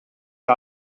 are